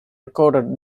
recorded